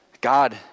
God